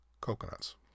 coconuts